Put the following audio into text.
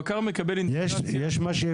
הבקר מקבל אינדיקציה --- יש משאבה?